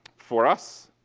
for us,